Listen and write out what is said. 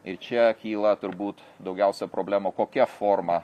ir čia kyla turbūt daugiausia problemų kokia forma